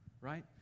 right